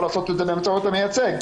יכול לעשות את זה באמצעות המייצג.